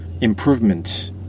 improvement